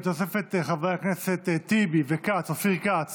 בעד, 20, ובתוספת חברי הכנסת טיבי ואופיר כץ